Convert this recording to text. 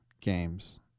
games